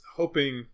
hoping